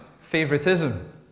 favoritism